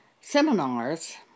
seminars